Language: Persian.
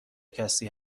کسی